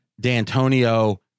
D'Antonio